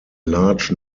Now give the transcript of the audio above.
large